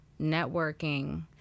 networking